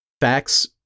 facts